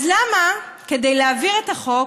אז למה כדי להעביר את החוק